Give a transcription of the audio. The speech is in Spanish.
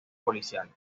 policiales